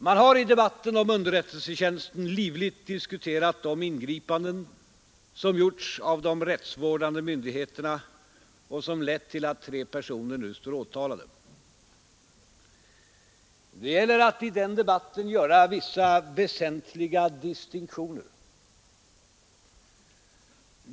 Man har i debatten om underrättelsetjänsten livligt diskuterat de ingripanden som gjorts av de rättsvårdande myndigheterna och som lett till att tre personer nu står åtalade. Det gäller att i den debatten göra vissa väsentliga distinktioner.